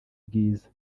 bwiza